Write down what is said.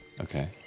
Okay